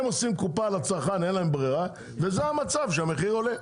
הם עושים קופה על הצרכן כי אין להם ברירה וזה המצב שהמחיר עולה.